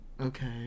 Okay